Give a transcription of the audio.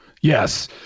yes